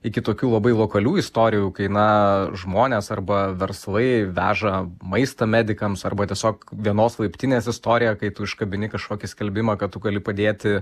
iki tokių labai lokalių istorijų kai na žmonės arba verslai veža maistą medikams arba tiesiog vienos laiptinės istorija kai tu užkabini kažkokį skelbimą kad tu gali padėti